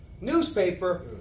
newspaper